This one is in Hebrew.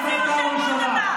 איזה יושב-ראש אתה?